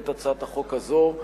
את הצעת החוק הזאת,